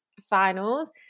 finals